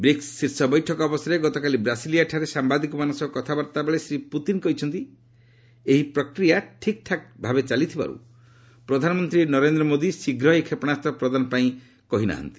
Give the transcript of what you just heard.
BRICS ଶୀର୍ଷ ବୈଠକ ଅବସରରେ ଗତକାଲି ବ୍ରାସିଲିଆଠାରେ ସାମ୍ଭାଦିକମାନଙ୍କ ସହ କଥାବାର୍ତ୍ତାବେଳେ ଶ୍ରୀ ପୁତିନ୍ କହିଛନ୍ତି ଏହି ପ୍ରକ୍ରିୟା ଠିକ୍ଠାକ୍ ଚାଲିଥିବାରୁ ପ୍ରଧାନମନ୍ତ୍ରୀ ନରେନ୍ଦ୍ର ମୋଦି ଶୀଘ୍ର ଏହି କ୍ଷେପଣାସ୍ତ ପ୍ରଦାନ ପାଇଁ କହି ନାହାନ୍ତି